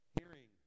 hearing